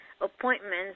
appointments